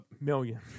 million